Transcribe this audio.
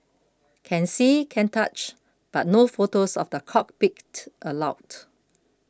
can see can touch but no photos of the cockpit allowed